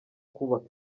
kubaka